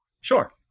Sure